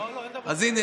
אז הינה,